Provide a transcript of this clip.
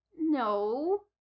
No